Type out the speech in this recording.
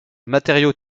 matériau